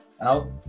out